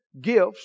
Gifts